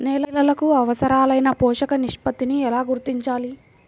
నేలలకు అవసరాలైన పోషక నిష్పత్తిని ఎలా గుర్తించాలి?